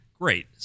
Great